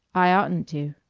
i oughtn't to.